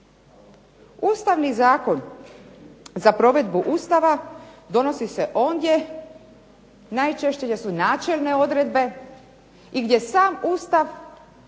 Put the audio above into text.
Ustavni zakon za provedbu Ustava donosi se ondje najčešće gdje su načelne odredbe i gdje sam Ustav